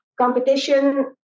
competition